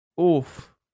Oof